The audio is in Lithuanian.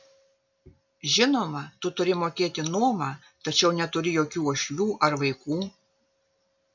žinoma tu turi mokėti nuomą tačiau neturi jokių uošvių ar vaikų